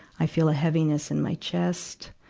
i feel a heaviness in my chest.